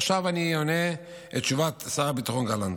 עכשיו אני עונה את תשובת שר הביטחון גלנט.